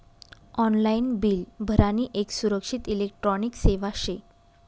online bill भरानी येक सुरक्षित इलेक्ट्रॉनिक सेवा शे